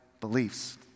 beliefs